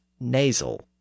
Nasal